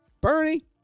Bernie